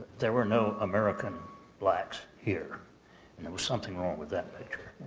there were no american blacks here and there was something wrong with that picture.